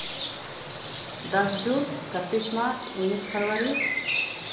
दस जून इकत्तीस मार्च उन्नीस फरबरी